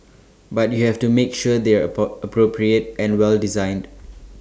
but you have to make sure they're appropriate and well designed